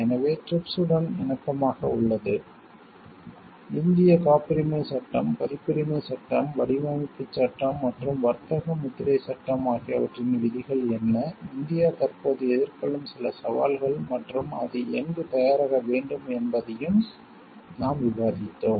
எனவே TRIPS உடன் இணக்கமாக உள்ளது இந்திய காப்புரிமைச் சட்டம் பதிப்புரிமைச் சட்டம் வடிவமைப்புச் சட்டம் மற்றும் வர்த்தக முத்திரைச் சட்டம் ஆகியவற்றின் விதிகள் என்ன இந்தியா தற்போது எதிர்கொள்ளும் சில சவால்கள் மற்றும் அது எங்கு தயாராக வேண்டும் என்பதையும் நாம் விவாதித்தோம்